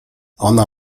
ona